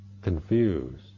confused